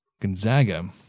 Gonzaga